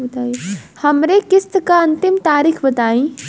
हमरे किस्त क अंतिम तारीख बताईं?